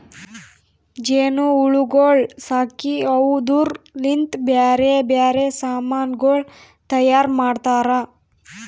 ಜೇನು ಹುಳಗೊಳ್ ಸಾಕಿ ಅವುದುರ್ ಲಿಂತ್ ಬ್ಯಾರೆ ಬ್ಯಾರೆ ಸಮಾನಗೊಳ್ ತೈಯಾರ್ ಮಾಡ್ತಾರ